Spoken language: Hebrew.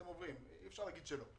אי אפשר להגיד שלא.